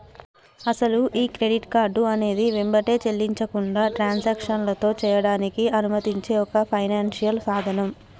అసలు ఈ credit card అనేది వెంబటే చెల్లించకుండా ట్రాన్సాక్షన్లో చేయడానికి అనుమతించే ఒక ఫైనాన్షియల్ సాధనం